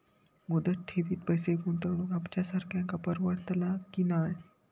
मुदत ठेवीत पैसे गुंतवक आमच्यासारख्यांका परवडतला की नाय?